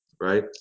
right